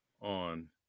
on